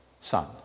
Son